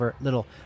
little